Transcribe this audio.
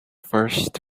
first